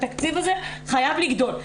התקציב הזה חייב לגדול.